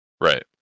Right